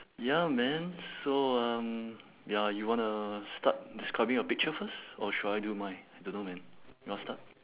ya man so um ya you wanna start describing your picture first or should I do mine I don't know man you want start